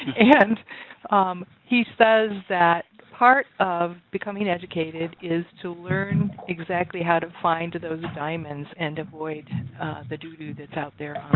and um he says that part of becoming educated is to learn exactly how to find those diamonds and avoid the doo doo that's out there